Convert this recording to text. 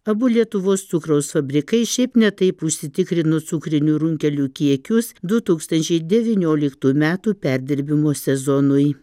abu lietuvos cukraus fabrikai šiaip ne taip užsitikrino cukrinių runkelių kiekius du tūkstančiai devynioliktų metų perdirbimo sezonui